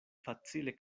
facile